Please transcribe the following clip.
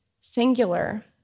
Singular